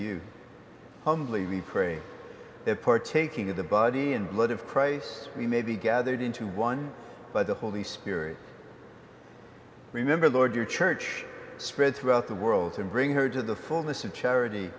you humbly we pray that partaking of the body and blood of christ we may be gathered into one by the holy spirit remember lord your church spread throughout the world and bring her to the focus of charity